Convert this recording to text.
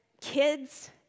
kids